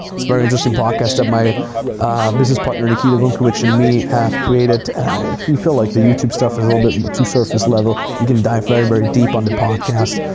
it's very interesting podcast that my business partner nikita gunkewitsch and me have created. if you feel like the youtube stuff is a little bit too surface level, you can dive very, very deep on the podcast.